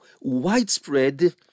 widespread